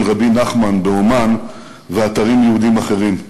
רבי נחמן באומן ואתרים יהודיים אחרים.